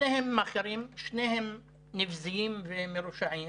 שניהם מאכרים, שניהם נבזיים ומרושעים